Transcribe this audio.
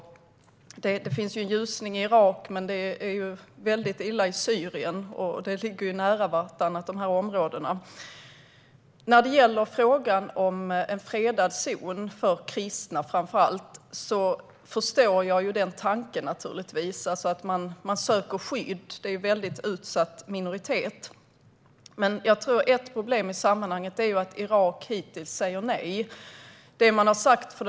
Det finns en ljusning i Irak, men det är väldigt illa i Syrien. Dessa områden ligger nära varandra När det gäller frågan om en fredad zon för framför allt kristna förstår jag tanken och att man söker skydd. Det är en väldigt utsatt minoritet. Men ett problem i sammanhanget är att Irak hittills har sagt nej.